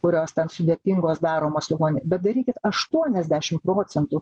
kurios ten sudėtingos daromos ligonė bet darykit aštuoniasdešimt procentų